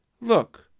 Look